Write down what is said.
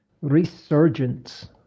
Resurgence